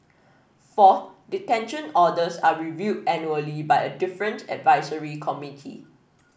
fourth detention orders are reviewed annually by a different advisory committee